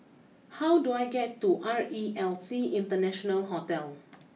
how do I get to R E L C International Hotel